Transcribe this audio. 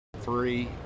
Three